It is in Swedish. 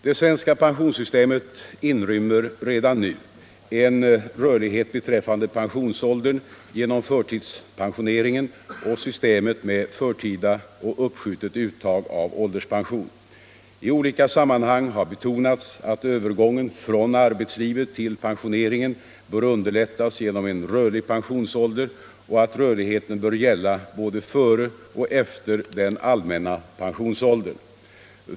Det svenska pensionssystemet inrymmer redan nu en rörlighet beträffande pensionsåldern genom förtidspensioneringen och systemet med förtida och uppskjutet uttag av ålderspension. I olika sammanhang har betonats att övergången från arbetslivet till pensioneringen bör underlättas genom en rörlig pensionsålder och att rörligheten bör gälla både före och efter den allmänna pensionsåldern.